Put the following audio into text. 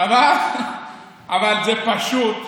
אבל זה פשוט.